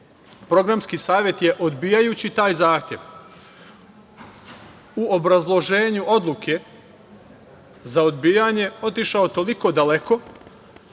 programski savet je, odbijajući taj zahtev, u obrazloženju odluke za odbijanje otišao toliko daleko